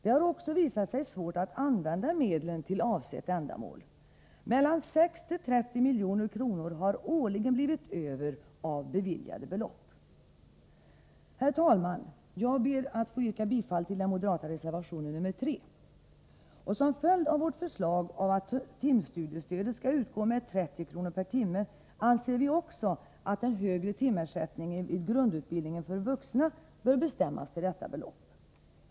Det har också visat sig svårt att använda medlen till avsett ändamål. Årligen har 6-30 milj.kr. blivit över av beviljade belopp. Herr talman! Jag ber att få yrka bifall till den moderata reservationen 3. Som följd av vårt förslag att timstudiestödet skall utgå med 30 kr. per timme, anser vi också att den högre timersättningen vid grundutbildningen för vuxna bör bestämmas till detta belopp.